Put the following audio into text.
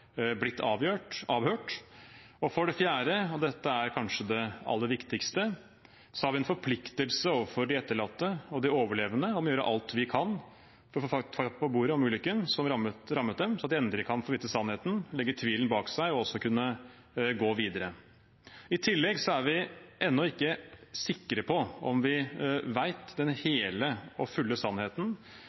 blitt avhørt. For det fjerde – og det er kanskje det aller viktigste – har vi en forpliktelse overfor de etterlatte og de overlevende om å gjøre alt vi kan for å få fakta på bordet om ulykken som rammet dem, sånn at de endelig kan få vite sannheten, legge tvilen bak seg og kunne gå videre. I tillegg er vi ennå ikke sikre på om vi vet den hele og fulle sannheten